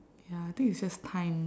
ya I think it's just time